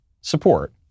support